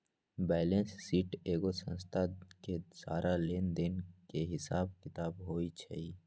balance sheet एगो संस्था के सारा लेन देन के हिसाब किताब होई छई